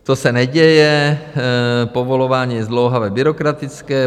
To se neděje, povolování je zdlouhavé, byrokratické.